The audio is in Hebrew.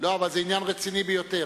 אבל זה עניין רציני ביותר.